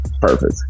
perfect